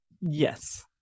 Yes